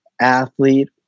athlete